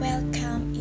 Welcome